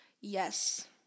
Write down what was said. Yes